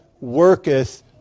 worketh